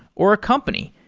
or a company,